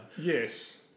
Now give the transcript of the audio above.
Yes